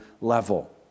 level